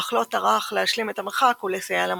אך לא טרח להשלים את המרחק ולסייע למורדים.